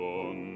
on